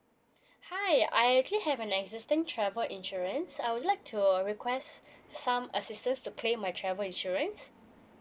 hi I actually have an existing travel insurance I would like to request some assistance to claim my travel insurance